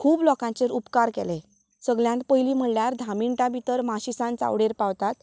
खूब लोकांचेर उपकार केले सगळ्यांत पयली म्हणल्यार धा मिनटां भितर माशेंच्यान चावडेर पावतात